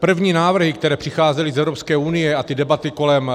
První návrhy, které přicházely z Evropské unie, a ty debaty kolem